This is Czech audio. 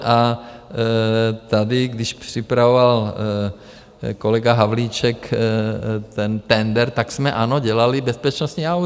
A tady když připravoval kolega Havlíček ten tendr, tak jsme, ano, dělali bezpečnostní audit.